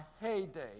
heyday